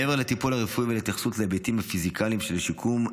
מעבר לטיפול הרפואי ולהתייחסות להיבטים הפיזיקליים של השיקום,